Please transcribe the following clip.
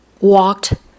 walked